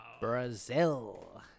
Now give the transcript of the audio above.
Brazil